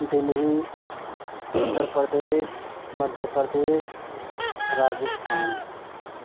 Delhi Uttar Pradesh Madhya Pradesh Rajasthan